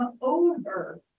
over